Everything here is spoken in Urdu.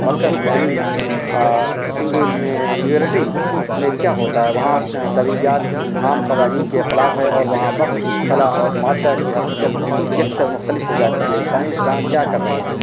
مرکز یعنی سنگورٹی میں کیا ہوتا ہے وہاں تویعات عام قوارین کے خلاف ہے اور وہاں وقت خلاء اور مادہ کی حقیقت یہ اکثر مختلف ہو جاتی ہے سائنسداں کیا کر رہے ہیں